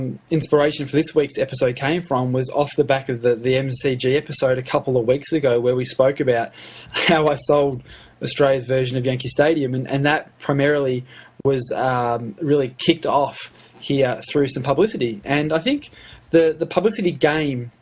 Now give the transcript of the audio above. inspiration for this week's episode came from. it was off the back of the mcg episode yeah episode a couple of weeks ago where we spoke about how i sold australia's version of yankee stadium. and and that primarily was really kicked off here through some publicity. and i think the the publicity game,